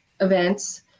events